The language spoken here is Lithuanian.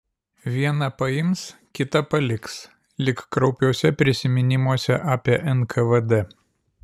vieną paims kitą paliks lyg kraupiuose prisiminimuose apie nkvd